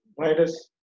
virus